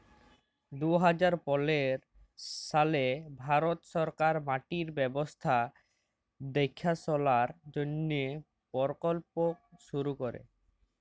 দু হাজার পলের সালে ভারত সরকার মাটির স্বাস্থ্য দ্যাখাশলার জ্যনহে পরকল্প শুরু ক্যরে